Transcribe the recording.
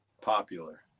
popular